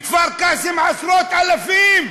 בכפר-קאסם, עשרות אלפים,